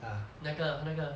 那个那个